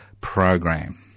program